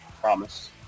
Promise